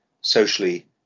socially